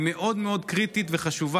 הוא מאוד מאוד קריטי וחשוב,